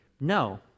No